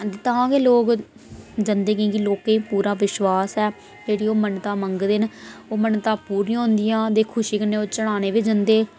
तां गै लोग जन्दे कि के लोकें ई पूरा विश्वास ऐ जेह्ड़ी ओह् मन्नता मंगदे न ओह् मन्नतां पूरियां होंदियां उं'दी खुशी कन्नै ओह् चढ़ाने बी जन्दे